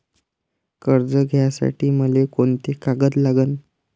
कर्ज घ्यासाठी मले कोंते कागद लागन?